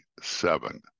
seven